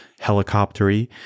helicoptery